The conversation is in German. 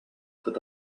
tritt